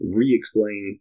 re-explain